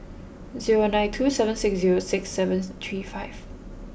zero nine two seven six zero six seven three five